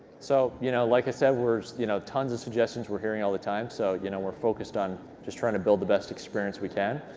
so you know like i said, you know tons of suggestions we're hearing all the time, so you know we're focused on just trying to build the best experience we can.